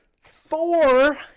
Four